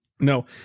No